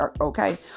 Okay